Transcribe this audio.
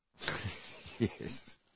Yes